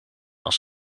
als